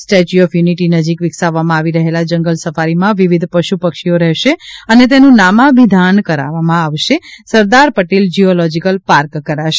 statue of unity નજીક વિકસાવવામાં આવી રહેલા જંગલ સફારીમાં વિવિધ પશુ પક્ષીઓ રહેશે અને તેનું નામાભિધાન સરદાર પટેલ ઝૂઓલોજિક્લ પાર્ક કરાશે